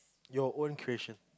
your own creation